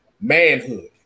manhood